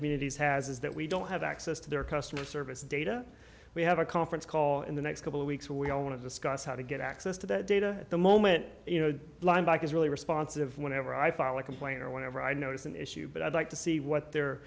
communities has is that we don't have access to their customer service data we have a conference call in the next couple of weeks so we don't want to discuss how to get access to that data at the moment you know line back is really responsive whenever i file a complaint or whenever i notice an issue but i'd like to see what their